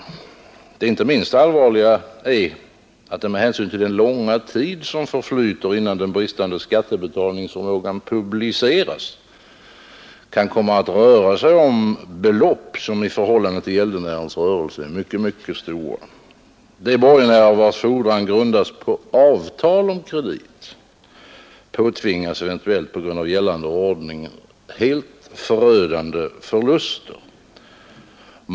Det inte minst allvarliga är att det med hänsyn till den långa tid som förflyter innan den bristande skattebetalningsförmågan publiceras kan komma att röra sig om belopp som i förhållande till gäldenärens rörelse är mycket, mycket stora. De borgenärer, vilkas fordran grundas på avtal om kredit, påtvingas eventuellt på grund av gällande ordning helt förödande förluster.